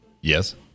Yes